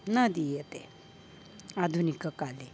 न दीयते आधुनिककाले